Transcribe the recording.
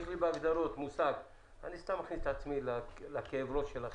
יש לי בהגדרות מושג אני סתם מכניס את עצמי לכאב הראש שלכם,